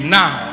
now